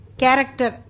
character